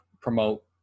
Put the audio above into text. promote